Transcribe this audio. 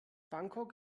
bangkok